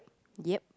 yep